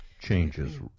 changes